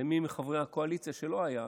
למי מחברי הקואליציה שלא היה,